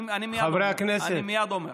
אני מייד אומר.